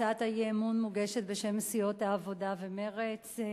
הצעת האי-אמון מוגשת בשם סיעות העבודה ומרצ.